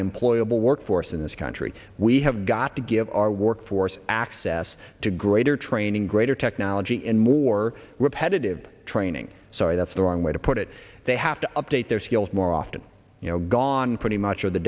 unemployable workforce in this country we have got to give our workforce access to greater training greater technology and more repetitive training sorry that's the wrong way to put it they have to update their skills more often you know gone pretty much are the